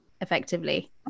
effectively